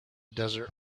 desert